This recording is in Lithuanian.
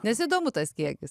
nes įdomu tas kiekis